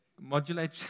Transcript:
Modulate